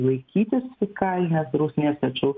laikytis fiskalinės drausmės tačiau